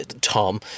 Tom